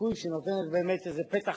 עיריית נצרת-עילית לפני כמה דקות,